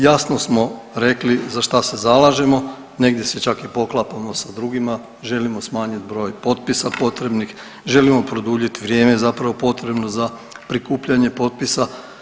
Jasno smo rekli za šta se zalažemo, negdje se čak i poklapamo sa drugima, želimo smanjiti broj potpisa potrebnih, želimo produljiti vrijeme zapravo potrebno za prikupljanje potpisa.